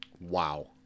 Wow